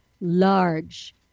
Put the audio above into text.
large